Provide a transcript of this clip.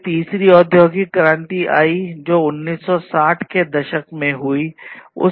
फिर तीसरी औद्योगिक क्रांति आई जो 1960 के दशक में हुई थी